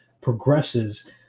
progresses